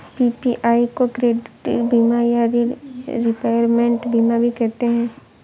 PPI को credit बीमा या ॠण रिपेयरमेंट बीमा भी कहते हैं